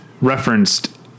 referenced